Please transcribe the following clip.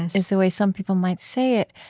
is the way some people might say it.